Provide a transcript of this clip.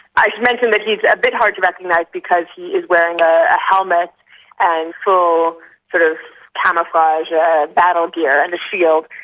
i should mention that he's a bit hard to recognise because he is wearing a helmet and full sort of camouflage yeah battle gear, and a shield.